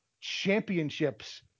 championships